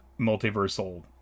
multiversal